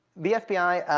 the fbi